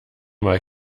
mal